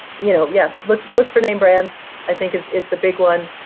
you know yeah look look for name brands i think is is the big one.